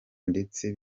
ndetse